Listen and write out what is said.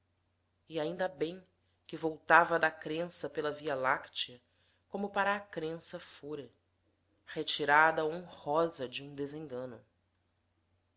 e ainda bem que voltava da crença pela via-láctea como para a crença fora retirada honrosa de um desengano